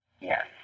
Yes